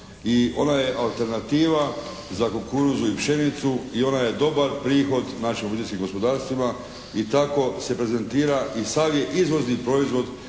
i ona je alternativa za kukuruzu i pšenicu i ona je dobar prihod naših obiteljskim gospodarstvima i tako se prezentira i sav je izvozni proizvod